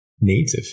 native